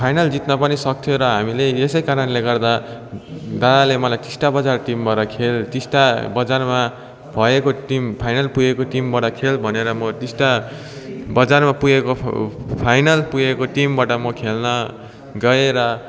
final जित्न पनि सक्थ्यो र हामीले यसैकारणले गर्दा दादाले मलाई टिस्टा बजार टिमबाट खेल् टिस्टा बजारमा भएको टिम फाइनल पुगेको टिमबाट खेल् भनेर म टिस्टा बजारमा पुगेको फाइनल पुगेको टिमबाट म खेल्न गएँ र